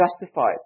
justified